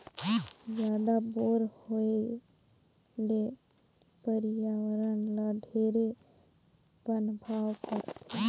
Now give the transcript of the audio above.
जादा बोर होए ले परियावरण ल ढेरे पनभाव परथे